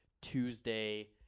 Tuesday